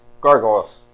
Gargoyles